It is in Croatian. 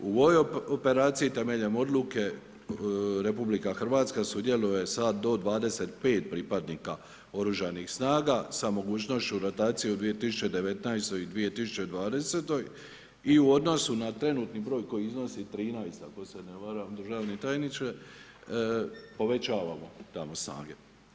U ovoj operaciji temeljem odluke RH sudjeluje sa do 25 pripadnika oružanih snaga sa mogućnošću rotacije u 2019.g. i 2020.g. i u odnosu na trenutni broj koji iznosi 13, ako se ne varam državni tajniče, povećavamo tamo snage.